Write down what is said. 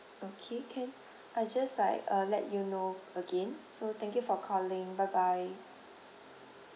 okay can I just like uh let you know again so thank you for calling bye bye